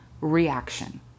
reaction